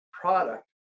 product